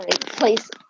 please